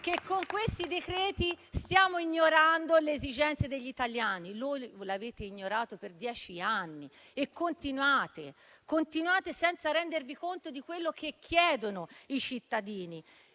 che con questi decreti stiamo ignorando le esigenze degli italiani; voi le avete ignorate per dieci anni e continuate senza rendervi conto di quello che chiedono i cittadini.